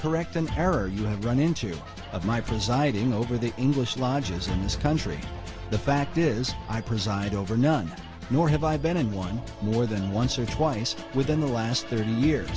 correct an error you have run in two of my presiding over the english lodges in this country the fact is i preside over none nor have i been in line more than once or twice within the last thirty years